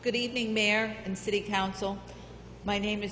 good evening mayor and city council my name is